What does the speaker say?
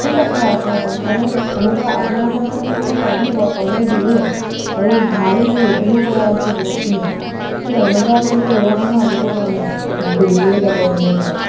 ঠিক আছে আপ মানে এনেকুৱা আপোনাৰ তাৰ পৰা মানে মই প্ৰায়ভাগ অৰ্ডাৰ দিওঁৱেই আৰু ভালো মোৰ ৰেটিঙো কৰা আছে বহুতখিনি তো এনেকুৱা মানে ব্যৱহাৰ মই আগতে পোৱা নাই ডেলিভাৰী গাই এজনৰ পৰা